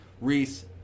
Reese